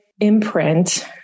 imprint